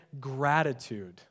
gratitude